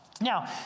now